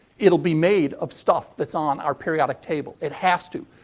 it'll be made of stuff that's on our periodic table. it has to.